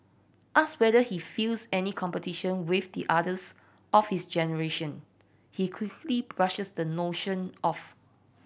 asked whether he feels any competition with the others of his generation he quickly brushes the notion off